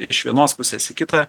iš vienos pusės į kitą